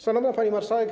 Szanowna Pani Marszałek!